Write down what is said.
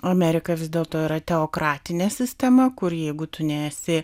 amerika vis dėlto yra teokratinė sistema kur jeigu tu nesi